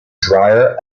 drier